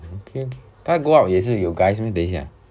okay okay ah go out 也是有 guys meh 等一下